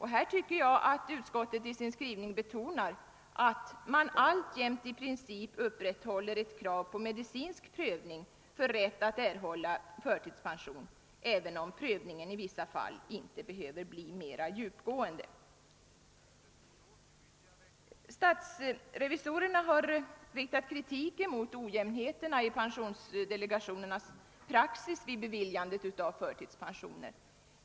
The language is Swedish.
Här betonar utskottet i sin skrivning att »man alltjämt i princip upprätthåller ett krav på medicinsk prövning för rätt att erhålla förtidspension, även om prövningen i vissa fall inte behöver bli mera djupgående«. Statsrevisorerna har riktat kritik mot ojämnheterna i pensionsdelegationernas praxis vid beviljandet av förtidspensioner.